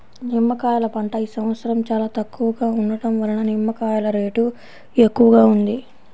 నిమ్మకాయల పంట ఈ సంవత్సరం చాలా తక్కువగా ఉండటం వలన నిమ్మకాయల రేటు ఎక్కువగా ఉంది